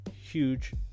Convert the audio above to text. huge